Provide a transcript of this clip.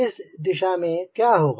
इस दशा में क्या होगा